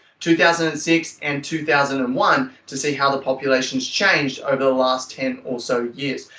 two thousand and six and two thousand and one to see how the population's changed over the last ten or so years.